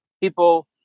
people